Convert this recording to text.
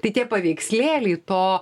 tai tie paveikslėliai to